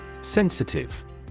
Sensitive